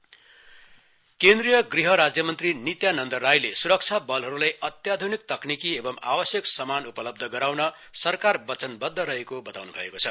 BSF raising day केन्द्रीय गृह राज्यमन्त्री नित्यानन्द राईले सुरक्षाबलहरूलाई अत्याधुनिक तकनिकी एवं आवश्यक समान उपलब्ध गराउन सरकार वचनबद्ध रहेको बताउन् भएको छ